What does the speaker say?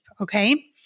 Okay